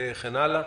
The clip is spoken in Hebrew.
וכן הלאה,